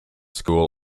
school